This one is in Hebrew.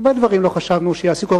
הרבה דברים לא חשבנו שיעסיקו.